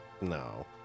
no